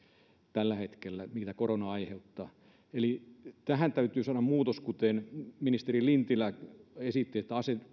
tällä hetkellä ongelmia mitä korona aiheuttaa eli tähän täytyy saada muutos kuten ministeri lintilä esitti